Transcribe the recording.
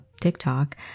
TikTok